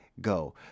go